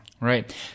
Right